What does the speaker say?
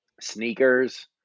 sneakers